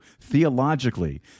theologically